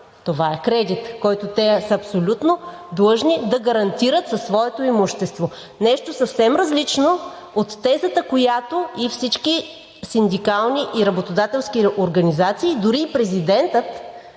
това е кредит, който те са абсолютно длъжни да гарантират със своето имущество, нещо съвсем различно от тезата, която всички синдикални и работодателски организации, дори и президентът,